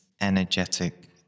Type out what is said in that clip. energetic